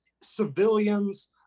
civilians